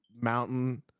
mountain